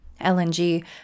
LNG